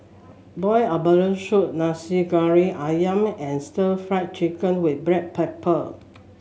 Boiled Abalone Soup Nasi Goreng ayam and Stir Fried Chicken with Black Pepper